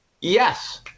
yes